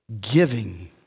Giving